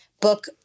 book